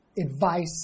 advice